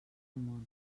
món